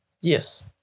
Yes